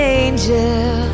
angel